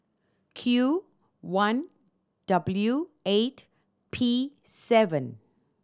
Q one W eight P seven